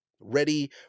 ready